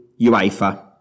UEFA